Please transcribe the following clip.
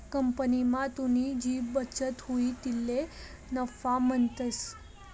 कंपनीमा तुनी जी बचत हुई तिले नफा म्हणतंस